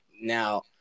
now